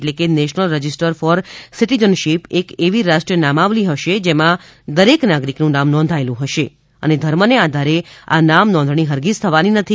એટ્લે કે national register for citizenship એક એવી રાષ્ટ્રીય નામાવલી હશે જેમાં દરેક નાગરિક નું નામ નોંધાયેલ઼ હશે અને ધર્મ ને આધારે આ નામ નોંધણી હરગિજ થવાની નથી